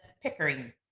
Pickering